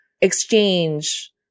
exchange